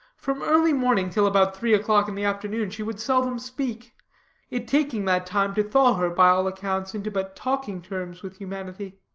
from early morning till about three o'clock in the afternoon she would seldom speak it taking that time to thaw her, by all accounts, into but talking terms with humanity.